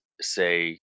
say